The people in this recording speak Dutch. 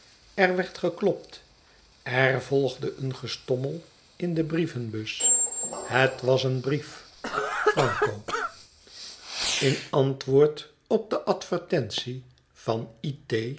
er werd geklopt er volgde een gestommel in de brievenbus het was brief franco een in antwoord op de advertentie van